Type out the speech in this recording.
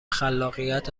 خلاقیت